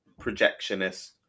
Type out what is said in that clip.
projectionist